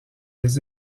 les